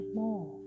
more